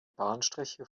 bahnstrecke